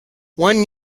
when